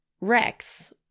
Rex